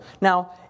Now